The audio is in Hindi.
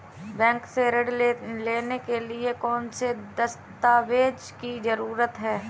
बैंक से ऋण लेने के लिए कौन से दस्तावेज की जरूरत है?